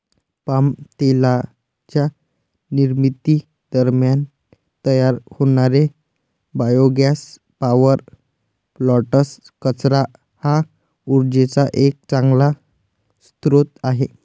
palm तेलाच्या निर्मिती दरम्यान तयार होणारे बायोगॅस पॉवर प्लांट्स, कचरा हा उर्जेचा एक चांगला स्रोत आहे